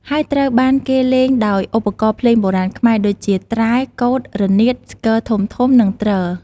សំឡេងឧបករណ៍ទាំងនេះបានបង្កើតបានជាលក្ខណៈពិសេសរបស់បទកន្ទ្រឹម។